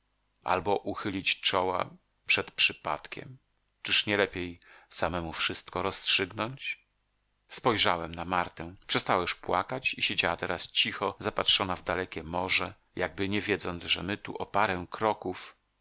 albo uchylić czoła przed przypadkiem czyż nie lepiej samemu wszystko rozstrzygnąć spojrzałem na martę przestała już płakać i siedziała teraz cicho zapatrzona w dalekie morze jakby nie wiedząc że my tu o parę kroków